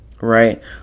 right